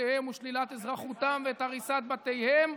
משפחותיהם ושלילת אזרחותם ואת הריסת בתיהם.